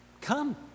Come